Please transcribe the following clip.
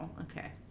okay